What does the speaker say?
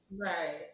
Right